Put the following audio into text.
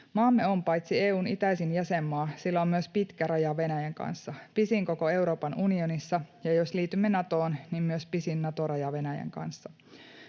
Maamme on paitsi EU:n itäisin jäsenmaa, sillä on myös pitkä raja Venäjän kanssa, pisin koko Euroopan unionissa, ja jos liitymme Natoon, niin myös pisin Nato-raja Venäjän kanssa.